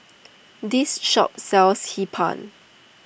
this shop sells Hee Pan